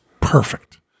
perfect